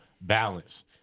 balance